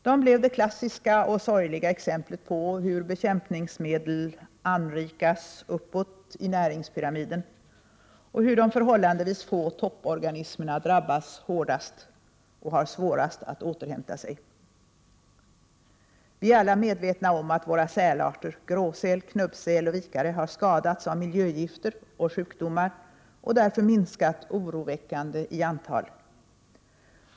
De blev det klassiska och sorgliga exemplet på hur bekämpningsmedel anrikas uppåt i näringspyramiden och hur de förhållandevis få topporganismerna drabbas hårdast och har svårast att återhämta sig. Vi är alla medvetna om att våra sälarter, gråsäl, knubbsäl och vikare, har skadats av miljögifter och sjukdomar och därför minskat oroväckande i antal.